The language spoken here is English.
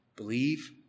Believe